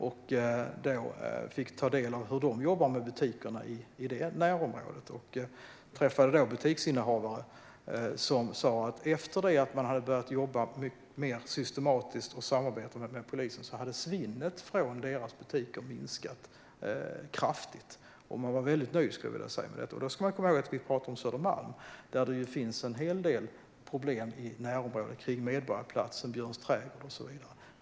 Jag fick då ta del av hur de jobbar med butikerna i det närområdet. Jag träffade butiksinnehavare som sa att efter det att de hade börjat jobba mer systematiskt och samarbetat med polisen hade svinnet från butikerna minskat kraftigt. De var nöjda med detta. Vi pratar här om Södermalm, där det finns en hel del problem i närområdet runt Medborgarplatsen och Björns trädgård och så vidare.